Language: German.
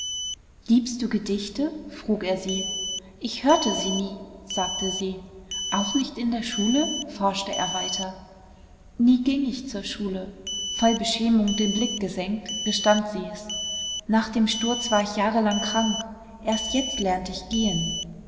liebst du gedichte frug er sie ich hörte sie nie sagte sie auch nicht in der schule forschte er weiter nie ging ich zur schule voll beschämung den blick gesenkt gestand sie's nach dem sturz war ich jahrelang krank erst jetzt lernt ich gehen